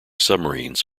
submarines